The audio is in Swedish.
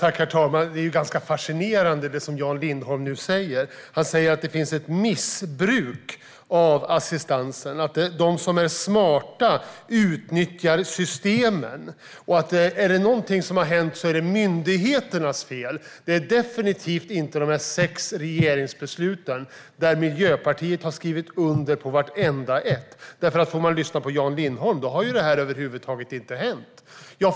Herr talman! Det Jan Lindholm nu säger är ganska fascinerande. Han säger att det finns ett missbruk av assistansen och att de som är smarta utnyttjar systemen. Han säger att det är myndigheternas fel om något har hänt; det har definitivt inte med de sex regeringsbesluten, som Miljöpartiet har skrivit under vartenda ett av, att göra. Lyssnar man på Jan Lindholm får man intrycket av att detta över huvud taget inte har hänt.